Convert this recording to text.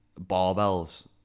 barbells